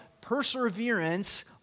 perseverance